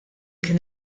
kien